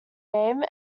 name